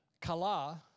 Kala